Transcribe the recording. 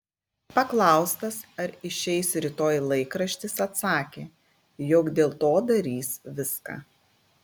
paklaustas ar išeis rytoj laikraštis atsakė jog dėl to darys viską